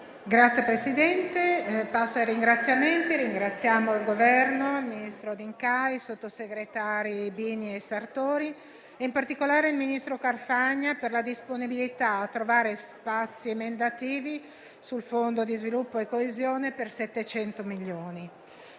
Signor Presidente, vorrei ringraziare il Governo, il ministro D'Incà, i sottosegretari Bini e Sartore e, in particolare, il ministro Carfagna per la disponibilità a trovare spazi emendativi sul Fondo di sviluppo e coesione per 700 milioni.